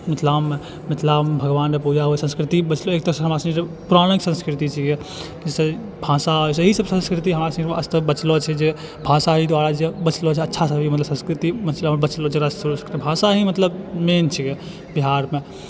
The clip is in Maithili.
मिथिलामे भगवानके पूजा होइ छै संस्कृति बचलै एक तरहसँ हमरा सबके जे पौराणिक संस्कृति छिकै जइसे भाषा होइ छै इएह सब संस्कृति हमरा सबके आज तक बचलऽ छै जे भाषा अहि दुआरे छै जे बचलऽ छै अच्छा मतलब संस्कृति हमरा बचलऽ छै भाषा ही मतलब मेन छै बिहारमे